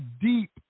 deep